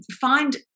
find